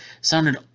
sounded